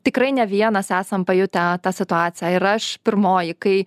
tikrai ne vienas esam pajutę tą situaciją ir aš pirmoji kai